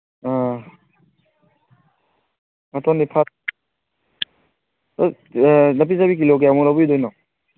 ꯑꯥ ꯉꯥꯄꯨꯝꯗꯤ ꯅꯥꯄꯤꯆꯥꯕꯤ ꯀꯤꯂꯣ ꯀꯌꯥꯃꯨꯛ ꯂꯧꯕꯤꯗꯣꯏꯅꯣ